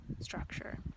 structure